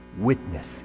witness